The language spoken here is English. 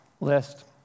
list